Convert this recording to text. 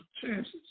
chances